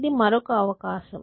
ఇది మరొక అవకాశం